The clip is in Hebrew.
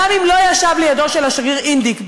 גם אם לא ישב ליד השגריר אינדיק,